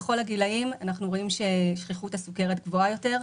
בכל הגילאים אנחנו רואים ששכיחות הסוכרת גבוהה יותר.